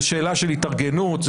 זה שאלה של התארגנות,